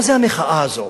מה זה המחאה הזאת?